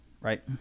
right